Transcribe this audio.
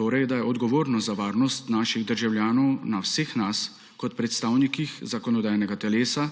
torej da je odgovornost za varnost naših državljanov na vseh nas kot predstavnikih zakonodajnega telesa.